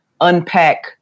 unpack